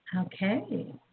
Okay